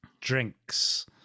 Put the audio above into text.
drinks